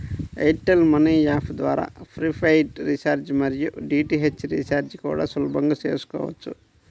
air tell money app ద్వారా prepaid recharge మరియు DTH recharge కూడా సులభంగా చేసుకోవచ్చు